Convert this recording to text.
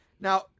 Now